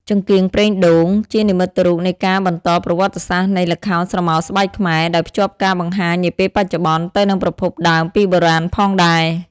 ចង្កៀងប្រេងដូង ជានិមិត្តរូបនៃការបន្តប្រវត្តិសាស្ត្រនៃល្ខោនស្រមោលស្បែកខ្មែរ ដោយភ្ជាប់ការបង្ហាញនាពេលបច្ចុប្បន្នទៅនឹងប្រភពដើមពីបុរាណផងដែរ។